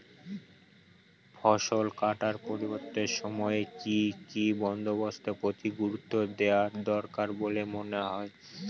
ফসলকাটার পরবর্তী সময়ে কি কি বন্দোবস্তের প্রতি গুরুত্ব দেওয়া দরকার বলে মনে হয়?